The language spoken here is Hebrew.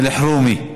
אלחְרומי.